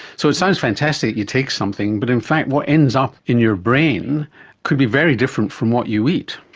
so it sounds fantastic, you take something, but in fact what ends up in your brain could be very different from what you eat.